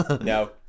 No